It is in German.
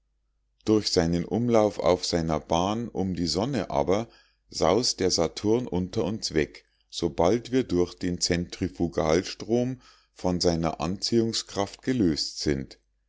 durch seinen umlauf auf seiner bahn um die sonne aber saust der saturn unter uns weg sobald wir durch den zentrifugalstrom von seiner anziehungskraft gelöst sind